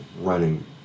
running